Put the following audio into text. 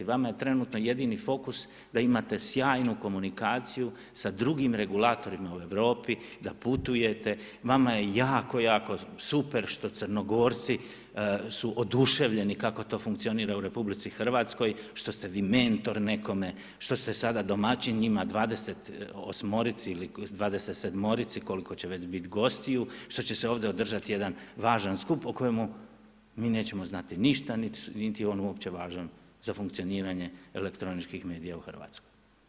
Vama je trenutno jedini fokus da imate sjajnu komunikaciju sa drugim regulatorima u Europi, da putujete, vama je jako, jako super što Crnogorci su oduševljeni kako to funkcionira u RH, što ste vi mentor nekome, što ste sada domaćin njima 28-rici ili 27-rici koliko će već biti gostiju, što će se ovdje održati jedan važan skup o kojemu mi nećemo znati ništa niti je on uopće važan za funkcioniranje elektroničkih medija u Hrvatskoj.